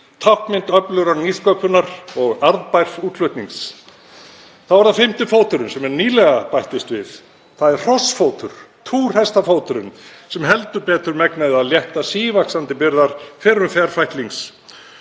táknmynd öflugrar nýsköpunar og arðbærs útflutnings. Þá er það fimmta fóturinn sem nýlega bættist við, það er hrossfótur, túrhestafóturinn, sem heldur betur megnaði að létta sívaxandi byrðar fyrrum ferfætlings.